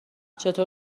چطور